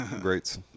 greats